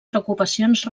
preocupacions